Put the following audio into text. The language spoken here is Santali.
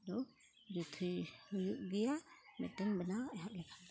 ᱛᱚ ᱡᱩᱛ ᱦᱩᱭ ᱦᱩᱭᱩᱜ ᱜᱮᱭᱟ ᱢᱮᱫᱴᱮᱱ ᱵᱮᱱᱟᱣ ᱮᱦᱚᱵ ᱞᱮᱠᱷᱟᱱ ᱫᱚ